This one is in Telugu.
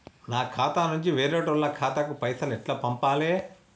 నా ఖాతా నుంచి వేరేటోళ్ల ఖాతాకు పైసలు ఎట్ల పంపాలే?